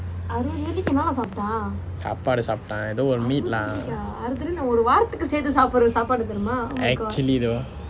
சாப்பாடு சாப்பிட்டான் ஏதோ ஒரூ:sappadu sappittaan aetho oru meat lah actually though